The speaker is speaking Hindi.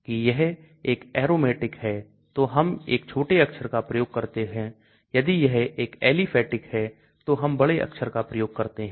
कि यह एक Aromatic है तो हम एक छोटे अक्षर का प्रयोग करते हैं यदि यह एक aliphatic है तो हम बड़े अक्षर का प्रयोग करते हैं